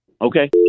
Okay